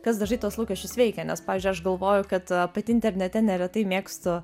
kas dažnai tuos lūkesčius veikia nes pavyzdžiui aš galvoju kad pati internete neretai mėgstu